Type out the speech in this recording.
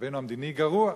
מצבנו המדיני, גרוע,